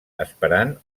esperant